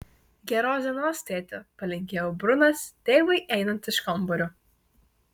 geros dienos tėti palinkėjo brunas tėvui einant iš kambario